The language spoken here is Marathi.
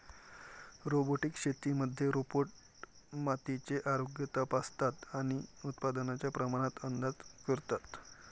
रोबोटिक शेतीमध्ये रोबोट मातीचे आरोग्य तपासतात आणि उत्पादनाच्या प्रमाणात अंदाज करतात